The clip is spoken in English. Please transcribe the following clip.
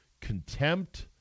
contempt